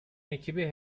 ekibi